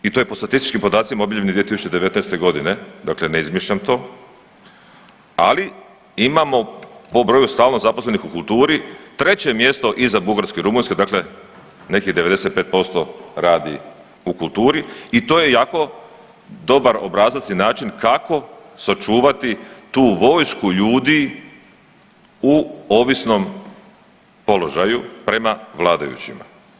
I to je po statističkim podacima objavljenim 2019. godine, dakle ne izmišljam to, ali imamo po broju stalno zaposlenih u kulturi treće mjesto iza Bugarske i Rumunjske dakle nekih 95% radi u kulturi i to je jako dobar obrazac i način kako sačuvati tu vojsku ljudi u ovisnom položaju prema vladajućima.